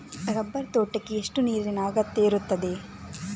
Rubber ತೋಟಕ್ಕೆ ಎಷ್ಟು ನೀರಿನ ಅಗತ್ಯ ಇರುತ್ತದೆ?